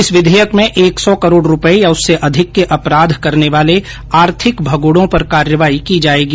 इस विधेयक में एक सौ करोड़ रुपये या उससे अधिक के अपराध करने वाले आर्थिक भगोड़ों पर कार्रवाई की जाएगी